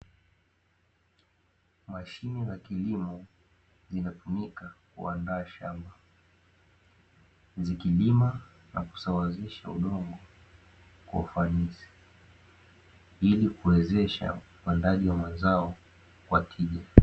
Mashine za kilimo zinatumika kuandaa shamba, zikilima na kusawazisha udongo kwa ufanisi, ili kuwezesha upandaji wa mazao kwa tija.